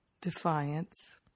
defiance